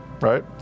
right